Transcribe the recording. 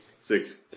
Six